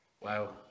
Wow